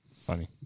Funny